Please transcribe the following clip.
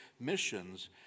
missions